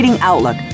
Outlook